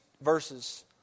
verses